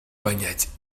понять